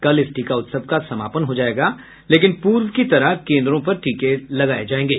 कल इस टीका उत्सव का समापन हो जायेगा लेकिन पूर्व की तरह केन्द्रों पर टीके लगाये जायेंगे